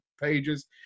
pages